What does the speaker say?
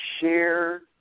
share